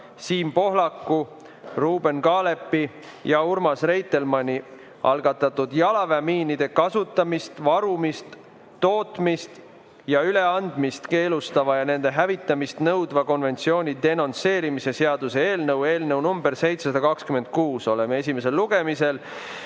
Siim Pohlaku, Ruuben Kaalepi ja Urmas Reitelmanni algatatud jalaväemiinide kasutamist, varumist, tootmist ja üleandmist keelustava ja nende hävitamist nõudva konventsiooni denonsseerimise seaduse eelnõu nr 726 esimene lugemine.